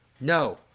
no